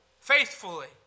faithfully